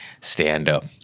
stand-up